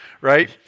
right